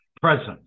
presence